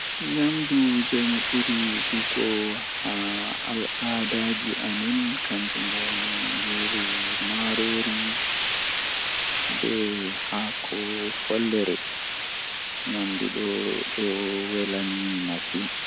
Woodi babal habbego be fistaago mi heban ko fistata dum nden mi fista ko jogi dum mi hoosa jei mi yidi canjaago man mi wada nden mi habbita dum.